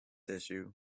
issue